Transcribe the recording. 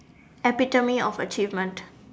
epitome of achievement